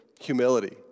humility